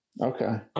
Okay